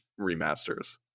remasters